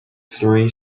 three